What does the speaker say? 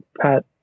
Pat